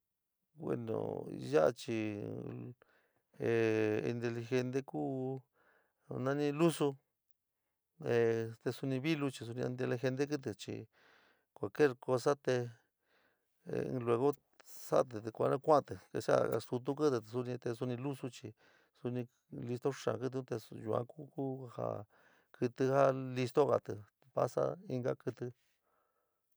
Bueno ya´a chi ee inteljente kua ja nami lusu ee te suni vilo chi somi inteligente kutu chi cualquier cosa te luego salate te kusida kuadite te somi ostuto karité somi te somi lusu chi suni listo xaa katí to su yua kuku ja kití ja listogatí vasa inka kití.